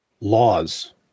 laws